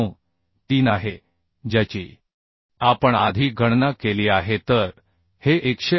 93 आहे ज्याची आपण आधी गणना केली आहे तर हे 188